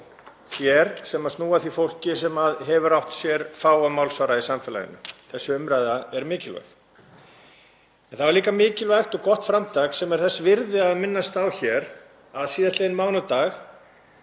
hér sem snúa að því fólki sem hefur átt sér fáa málsvara í samfélaginu. Þessi umræða er mikilvæg. En það er líka mikilvægt og gott framtak sem er þess virði að minnast á hér að síðastliðinn mánudag